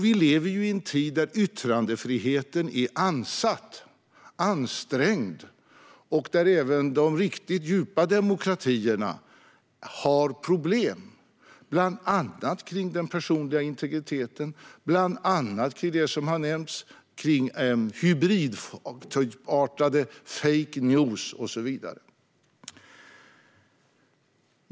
Vi lever i en tid där yttrandefriheten är ansatt och ansträngd och där även de riktigt djupa demokratierna har problem, bland annat när det gäller den personliga integriteten och det som har nämnts kring hybridartade fake news och så vidare.